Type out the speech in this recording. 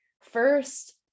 first